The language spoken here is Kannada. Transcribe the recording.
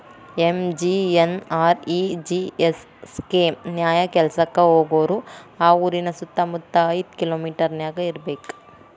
ಎಂ.ಜಿ.ಎನ್.ಆರ್.ಇ.ಜಿ.ಎಸ್ ಸ್ಕೇಮ್ ನ್ಯಾಯ ಕೆಲ್ಸಕ್ಕ ಹೋಗೋರು ಆ ಊರಿನ ಸುತ್ತಮುತ್ತ ಐದ್ ಕಿಲೋಮಿಟರನ್ಯಾಗ ಇರ್ಬೆಕ್